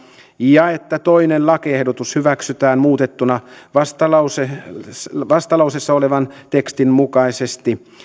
ja että toinen lakiehdotus hyväksytään muutettuna vastalauseessa olevan tekstin mukaisesti